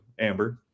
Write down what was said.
Amber